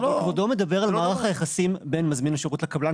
אבל כבודו מדבר על מערך היחסים בין מזמין השירות לקבלן,